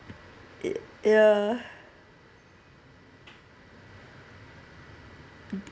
it ya